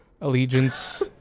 allegiance